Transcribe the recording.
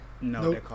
no